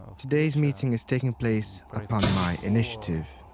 today's meeting is taking place upon my initiative.